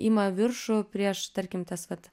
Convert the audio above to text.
ima viršų prieš tarkim tas vat